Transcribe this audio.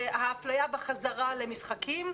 ההפליה בחזרה למשחקים.